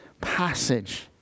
passage